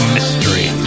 Mystery